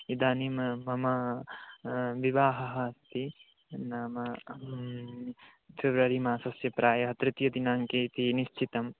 इदानीं मम विवाहः अस्ति नाम फ़ेब्रवरि मासस्य प्रायः तृतीयदिनाङ्के इति निश्चितं